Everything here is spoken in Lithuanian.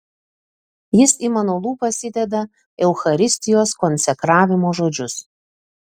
jis į mano lūpas įdeda eucharistijos konsekravimo žodžius